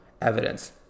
evidence